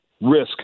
risk